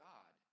God